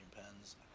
pens